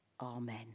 Amen